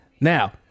Now